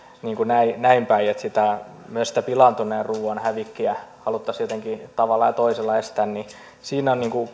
näinpäin että myös sitä pilaantuneen ruuan hävikkiä haluttaisiin jotenkin tavalla ja toisella estää